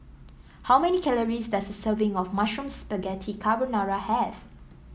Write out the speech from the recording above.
how many calories does a serving of Mushroom Spaghetti Carbonara have